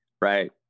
Right